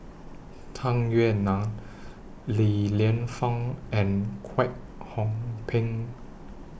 Tung Yue Nang Li Lienfung and Kwek Hong Png